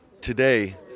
Today